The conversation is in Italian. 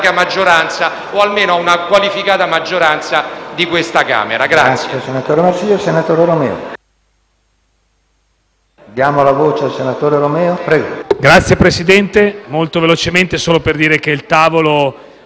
maggioranza o almeno a una qualificata maggioranza di questa Camera.